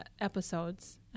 episodes